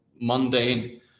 mundane